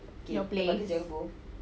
your place